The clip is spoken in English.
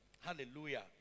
Hallelujah